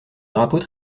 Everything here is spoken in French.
drapeaux